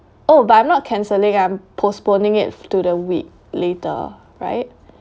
oh but I'm not cancelling I'm postponing it to the week later right